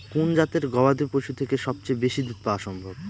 কোন জাতের গবাদী পশু থেকে সবচেয়ে বেশি দুধ পাওয়া সম্ভব?